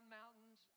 mountains